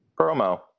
promo